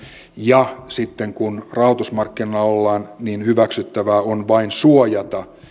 ja sitten kun rahoitusmarkkinoilla ollaan niin hyväksyttävää on vain suojata